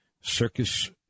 Circus